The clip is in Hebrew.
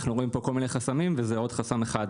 אנחנו רואים פה כל מיני חסמים וזה עוד חסם אחד